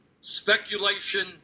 speculation